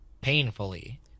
Painfully